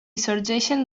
sorgeixen